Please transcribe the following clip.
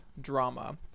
drama